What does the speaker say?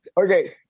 Okay